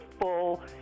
full